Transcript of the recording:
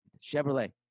Chevrolet